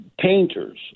painters